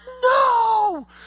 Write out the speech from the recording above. no